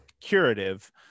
curative